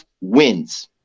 wins